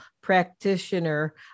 practitioner